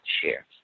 share